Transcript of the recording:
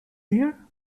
here